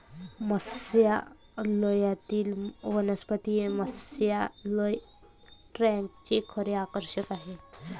मत्स्यालयातील वनस्पती हे मत्स्यालय टँकचे खरे आकर्षण आहे